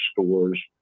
stores